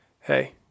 hey